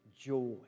Joy